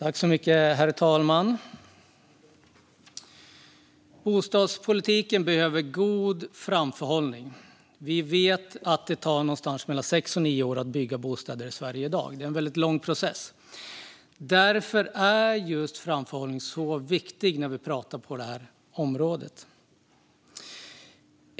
Herr talman! Bostadspolitiken behöver god framförhållning. Vi vet att det tar någonstans mellan sex och nio år att bygga bostäder i Sverige i dag. Det är en väldigt lång process. Därför är framförhållning så viktig när vi talar om det här området.